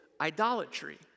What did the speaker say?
idolatry